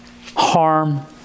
harm